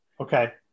Okay